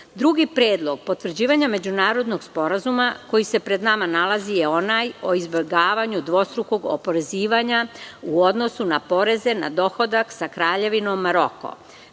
nas. Drugi predlog potvrđivanja međunarodnog Sporazuma koji se pred nama nalazi je onaj o izbegavanju dvostrukog oporezivanja u odnosu na poreze na dohodak sa Kraljevinom Maroko. Mi